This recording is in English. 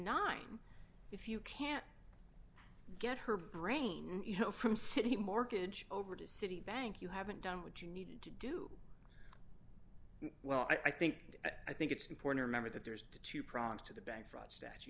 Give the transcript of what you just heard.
nine if you can't get her brain you know from citi mortgage over to citibank you haven't done what you needed to do well i think i think it's important remember that there's two prongs to the bank fraud statu